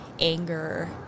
Anger